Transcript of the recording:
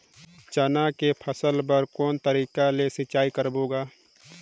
चना के फसल बर कोन तरीका ले सिंचाई करबो गा?